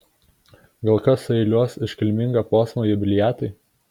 gal kas sueiliuos iškilmingą posmą jubiliatui